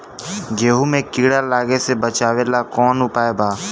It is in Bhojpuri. गेहूँ मे कीड़ा लागे से बचावेला कौन उपाय बा?